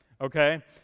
Okay